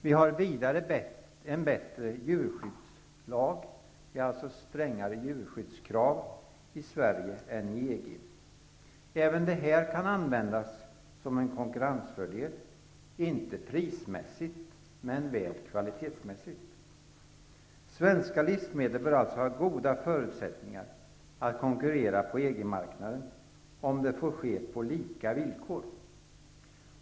Vidare har vi en bättre djurskyddslag. Vi i Sverige har alltså strängare djurskyddskrav än man har i EG. Även detta kan användas som en konkurrensfördel -- inte prismässigt, men väl kvalitetsmässigt. Svenska livsmedel bör alltså ha goda förutsättningar att konkurrera på EG-marknaden, om konkurrensen får ske på lika villkor.